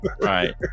right